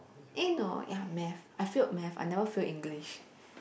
eh no ya math I failed math I never failed English